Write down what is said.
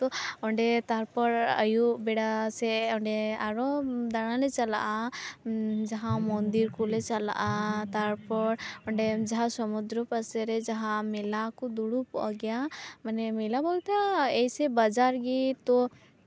ᱛᱚ ᱚᱸᱰᱮ ᱛᱟᱨᱯᱚᱨ ᱟᱹᱭᱩᱵ ᱵᱮᱲᱟ ᱥᱮ ᱚᱸᱰᱮ ᱟᱨᱚ ᱫᱟᱬᱟᱱ ᱞᱮ ᱪᱟᱞᱟᱜᱼᱟ ᱡᱟᱦᱟᱸ ᱢᱚᱱᱫᱤᱨ ᱠᱚᱞᱮ ᱪᱟᱞᱟᱜᱼᱟ ᱛᱟᱨᱯᱚᱨ ᱚᱸᱰᱮ ᱡᱟᱦᱟᱸ ᱥᱚᱢᱩᱫᱨᱩ ᱯᱟᱥᱮᱨᱮ ᱡᱟᱦᱟᱸ ᱢᱮᱞᱟ ᱠᱚ ᱫᱩᱲᱩᱵᱚᱜ ᱜᱮᱭᱟ ᱢᱟᱱᱮ ᱢᱮᱞᱟ ᱵᱚᱞᱛᱮ ᱮᱭ ᱥᱮᱭ ᱵᱟᱡᱟᱨ ᱜᱮ ᱛᱚ